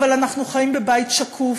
אבל אנחנו חיים בבית שקוף,